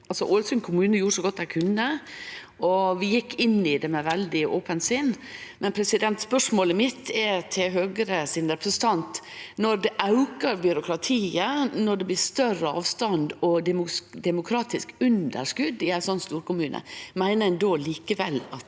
Ålesund kommune gjorde så godt dei kunne, og vi gjekk inn i det med veldig ope sinn. Spørsmålet mitt til Høgre sin representant er: Når det aukar byråkratiet, når det blir større avstand og demokratisk underskot i ein slik storkommune, meiner ein då likevel det